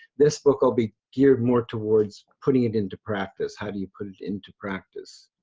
this book, i'll be geared more towards putting it into practice, how do you put it into practice?